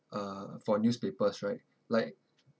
uh for newspapers right like